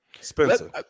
Spencer